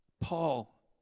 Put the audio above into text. Paul